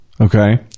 Okay